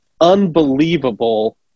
unbelievable